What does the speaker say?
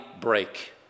break